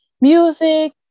music